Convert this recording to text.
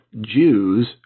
Jews